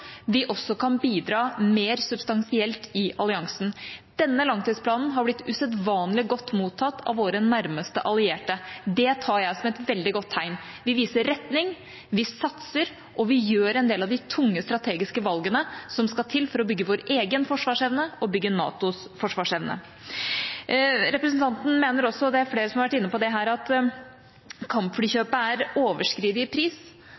vi også kan bidra mer substansielt i alliansen. Denne langtidsplanen har blitt usedvanlig godt mottatt av våre nærmeste allierte. Det tar jeg som et veldig godt tegn. Vi viser retning, vi satser, og vi gjør en del av de tunge strategiske valgene som skal til for å bygge vår egen forsvarsevne og bygge NATOs forsvarsevne. Representanten mener også – det er flere som har vært inne på det her – at i